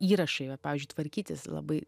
įrašai va pavyzdžiui tvarkytis labai